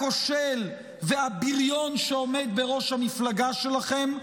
הכושל והבריון שעומד בראש המפלגה שלכם: